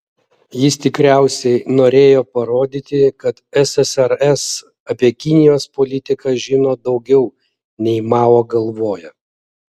jis tikriausiai norėjo parodyti kad ssrs apie kinijos politiką žino daugiau nei mao galvoja